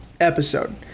episode